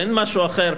אין משהו אחר.